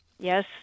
Yes